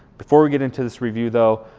before we get into this review though,